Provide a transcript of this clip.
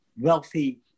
wealthy